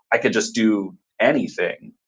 i can just do anything.